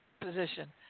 position